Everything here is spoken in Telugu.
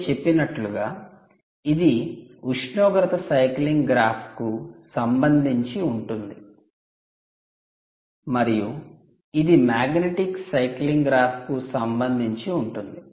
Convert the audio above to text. నేను చెప్పినట్లుగా ఇది ఉష్ణోగ్రత సైక్లింగ్ గ్రాఫ్కు సంబంధించి ఉంటుంది మరియు ఇది మాగ్నెటిక్ సైక్లింగ్ గ్రాఫ్కు సంబంధించి ఉంటుంది